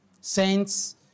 Saints